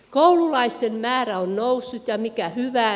koululaisten määrä on noussut ja mikä hyvää